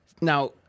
Now